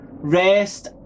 rest